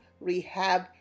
rehab